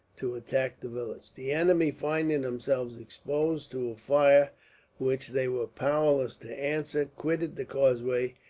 to attack the village. the enemy, finding themselves exposed to a fire which they were powerless to answer, quitted the causeway,